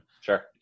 Sure